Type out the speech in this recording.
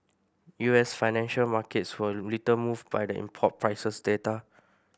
U S financial markets were little moved by the import prices data